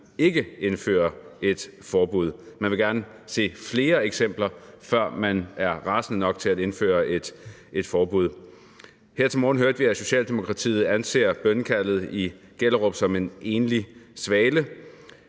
ikke indføre et forbud, man vil gerne se flere eksempler, før man er rasende nok til at indføre et forbud. Her til morgen hørte vi, at Socialdemokratiet anser bønnekaldet i Gellerup som en enlig svale,